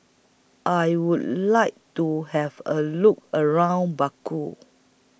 I Would like to Have A Look around Baku